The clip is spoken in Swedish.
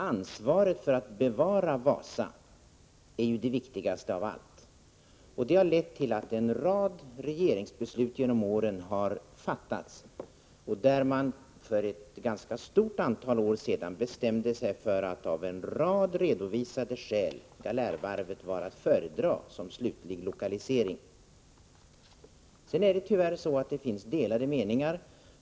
Ansvaret för att bevara Wasa är det viktigaste av allt. Det har lett till att en rad regeringsbeslut genom åren har fattats. För ett ganska stort antal år sedan bestämde man sig för att av en rad redovisade skäl Galärvarvet var att föredra som slutlig lokalisering. Sedan är det tyvärr så, att det finns delade meningar.